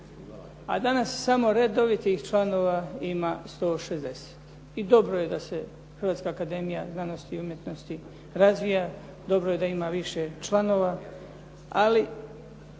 a danas samo redovitih članova ima 160. I dobro je da se Hrvatska akademija znanosti i umjetnosti razvija, dobro je da ima više članova. Ali